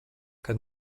kad